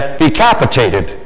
decapitated